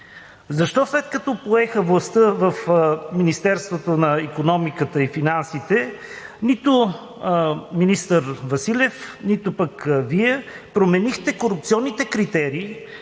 Защо, след като поехте властта в Министерството на икономиката и на финансите, нито министър Василев, нито пък Вие променихте корупционните критерии,